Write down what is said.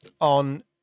on